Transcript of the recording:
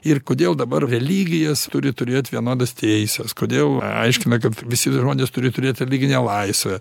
ir kodėl dabar religijos turi turėt vienodas teises kodėl aiškina kad visi žmonės turi turėt religinę laisvę